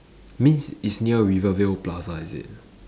means it's near rivervale plaza is it